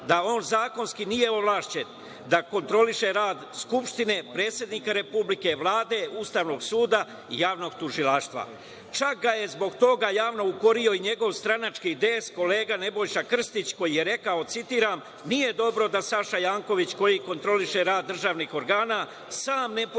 da on zakonski nije ovlašćen da kontroliše rad Skupštine, predsednika Republike, Vlade, Ustavnog suda i Javnog tužilaštva. Čak ga je zbog toga javno ukorio i njegov stranački DS kolega Nebojša Krstić, koji je rekao, citiram: „nije dobro da Saša Janković koji kontroliše rad državnih organa sam ne poštuje